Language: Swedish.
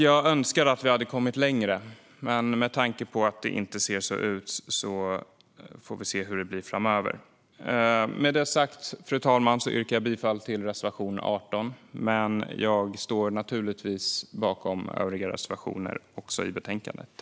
Jag önskar att vi hade kommit längre. Med tanke på hur det ser ut nu får vi se hur det blir framöver. Med det sagt, fru talman, yrkar jag bifall till reservation 18. Jag står naturligtvis bakom även övriga reservationer från Sverigedemokraterna i betänkandet.